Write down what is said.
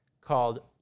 called